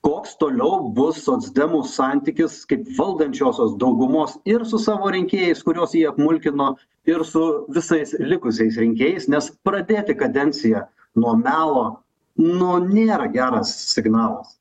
koks toliau bus socdemų santykis kaip valdančiosios daugumos ir su savo rinkėjais kuriuos jie apmulkino ir su visais likusiais rinkėjais nes pradėti kadenciją nuo melo nu nėra geras signalas